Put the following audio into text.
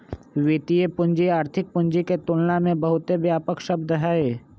वित्तीय पूंजी आर्थिक पूंजी के तुलना में बहुत व्यापक शब्द हई